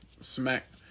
Smack